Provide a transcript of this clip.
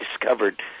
discovered